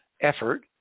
effort